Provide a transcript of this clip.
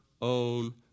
own